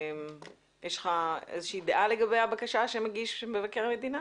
יש לך איזושהי דעה לגבי הבקשה שמגיש מבקר המדינה?